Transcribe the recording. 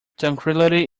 tranquillity